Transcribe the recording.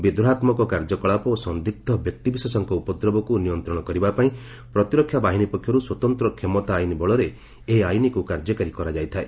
ବିଦ୍ରୋହାତ୍ମକ କାର୍ଯ୍ୟକଳାପ ଓ ସନ୍ଦିଗ୍ ବ୍ୟକ୍ତିବିଶେଷଙ୍କ ଉପଦ୍ରବକୁ ନିୟନ୍ତ୍ରଣ କରିବାପାଇଁ ପ୍ରତିରକ୍ଷା ବାହିନୀ ପକ୍ଷରୁ ସ୍ୱତନ୍ତ କ୍ଷମତା ଆଇନ ବଳରେ ଏହି ଆଇନକୁ କାର୍ଯ୍ୟକାରୀ କରାଯାଇଥାଏ